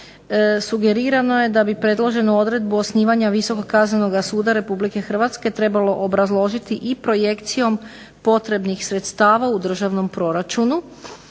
Sugerirano je da bi predloženu odredbu osnivanja visokog kaznenog suda RH trebalo obrazložiti i projekcijom potrebnih sredstava u državnom proračunu.